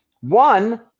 One